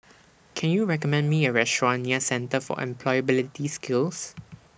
Can YOU recommend Me A Restaurant near Centre For Employability Skills